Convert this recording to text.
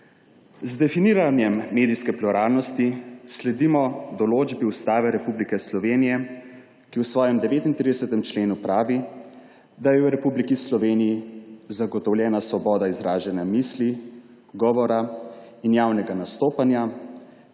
Z definiranjem medijske pluralnosti sledimo določbi Ustave Republike Slovenije, ki v svojem 39. členu pravi, da je v Republiki Sloveniji zagotovljena svoboda izražanja misli, govora in javnega nastopanja,